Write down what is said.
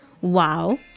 wow